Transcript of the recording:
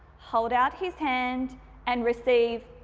hold out his hand and receive